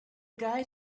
guy